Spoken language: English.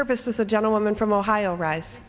purpose was a gentleman from ohio rise